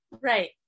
Right